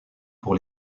pour